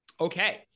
Okay